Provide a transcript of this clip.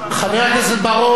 חבר הכנסת בר-און,